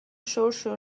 شرشر